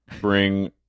bring